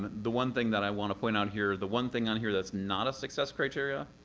the one thing that i want to point out here, the one thing on here that's not a success criterion,